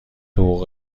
حقوق